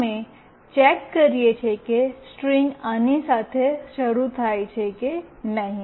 અમે ચેક કરીયે છીએ કે સ્ટ્રીંગ આની સાથે શરૂ થાય છે કે નહીં